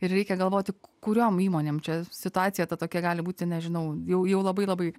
ir reikia galvoti kurioms įmonėm čia situacija tokia gali būti nežinau jau labai labai